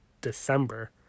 December